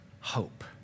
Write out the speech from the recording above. hope